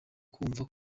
kumva